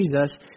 Jesus